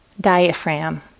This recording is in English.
diaphragm